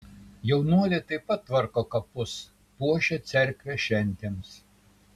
jaunuoliai taip pat tvarko kapus puošia cerkvę šventėms